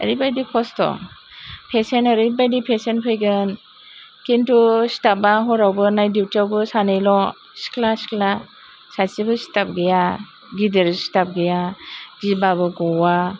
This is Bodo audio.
ओरैबादि खस्थ' पेसेन्ट ओरैबादि पेसेन्ट फैगोन खिन्थु स्टापआ हरावबो नाइट डिउटियावबो सानैल' सिख्ला सिख्ला सासेबो स्टाप गैया गिदिर स्टाप गैया गिबाबो गवा